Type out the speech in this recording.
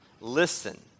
listen